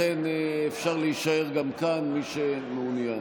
לכן אפשר להישאר גם כאן, מי שמעוניין.